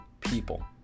people